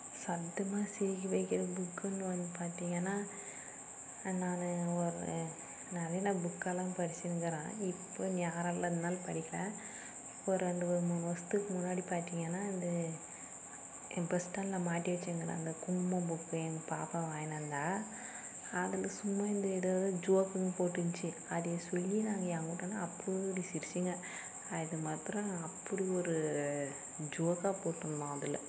சத்தமாக சிரிக்க வைக்கிற புக்குன்னு வந்து பார்த்திங்கன்னா அது நான் ஒரு நவீன புக்கெல்லாம் படிச்சுனுங்கறேன் இப்போது நேரம் இல்லாதனால் படிக்கலை ஒரு ரெண்டு ஒரு மூணு வருஷத்துக்கு முன்னாடி பார்த்திங்கன்னா வந்து என் மாட்டி வெச்சுனுங்கறேன் அந்த குங்குமம் புக்கு எங்கள் பாப்பா வாங்கினு வந்தால் அதில் சும்மா இந்த ஏதாவது ஜோக்குங்க போட்டு இருந்துச்சி அதை சொல்லி நாங்கள் என் வீட்டான அப்படி சிரிச்சிங்க அது மாத்திரம் அப்படி ஒரு ஜோக்கா போட்டு இருந்தான் அதில்